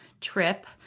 trip